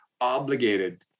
obligated